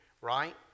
right